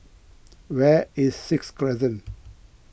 where is Sixth Crescent